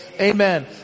amen